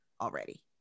already